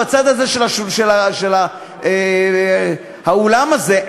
בצד הזה של האולם הזה,